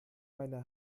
meine